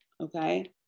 okay